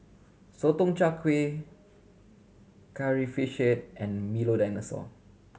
Sotong Char Kway Curry Fish Head and Milo Dinosaur